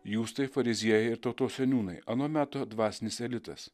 jūs tai fariziejai ir tautos seniūnai ano meto dvasinis elitas